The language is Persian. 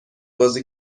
بازی